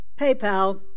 PayPal